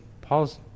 Paul's